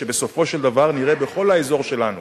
שבסופו של דבר נראה בכל האזור שלנו